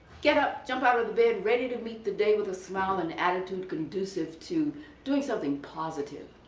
get up jump out of the bed, ready to meet the day with a smile and attitude conducive to doing something positive,